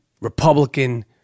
Republican